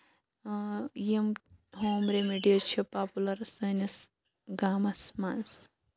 یِم home remedies چھِ popular سٲنِس گامَس منٛز